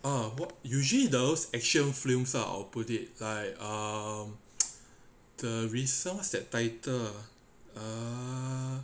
ah bot usually those action films ah or put it like um the recent what's that title ah um